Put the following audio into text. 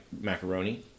macaroni